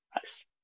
Nice